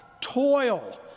toil